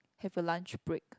have a lunch break